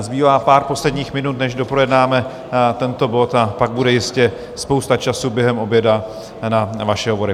Zbývá pár posledních minut, než doprojednáme tento bod, a pak bude jistě spousta času během oběda na vaše hovory.